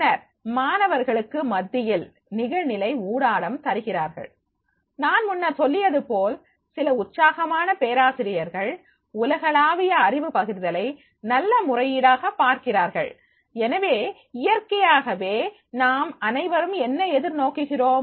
பின்னர் மாணவர்களுக்கு மத்தியில் நிகழ்நிலை ஊடாடம் தருகிறார்கள் நான் முன்னர் சொல்லியது போல் சில உற்சாகமான பேராசிரியர்கள் உலகளாவிய அறிவு பகிர்தலை நல்ல முறையீடாக பார்க்கிறார்கள் எனவே இயற்கையாகவே நாம் அனைவரும் என்ன எதிர்நோக்குகிறோம்